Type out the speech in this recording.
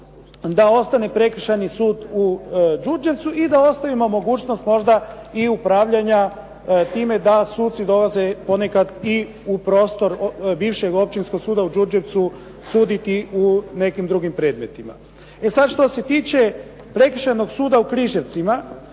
da ostane prekršajni sud u Đurđevcu i da ostavimo mogućnost možda i upravljanja time da suci dolaze ponekad i u prostor bivšeg općinskog suda u Đurđevcu suditi u nekim drugim predmetima. E sada što se tiče prekršajnog suda u Križevcima,